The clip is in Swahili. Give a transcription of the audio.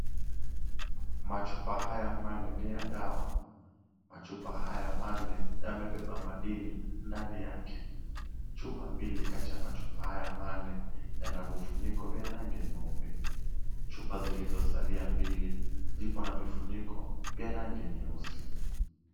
Machupa haya manne ni ya dawa. Machupa haya manne yamebeba madini ndani yake. Chupa mbili kati ya machupa haya manne, yana vifuniko ya rangi nyeupe. Chupa zilizosalia mbili zipo na vifuniko za rangi nyeusi.